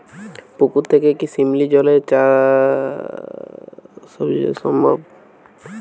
পুকুর থেকে শিমলির জলে কি সবজি চাষ সম্ভব?